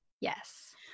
Yes